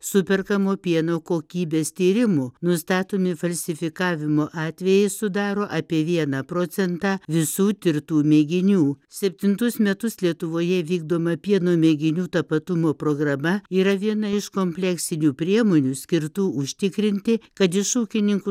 superkamo pieno kokybės tyrimų nustatomi falsifikavimo atvejai sudaro apie vieną procentą visų tirtų mėginių septintus metus lietuvoje vykdoma pieno mėginių tapatumo programa yra viena iš kompleksinių priemonių skirtų užtikrinti kad iš ūkininkų